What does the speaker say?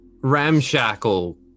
ramshackle